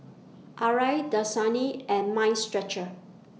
Arai Dasani and Mind Stretcher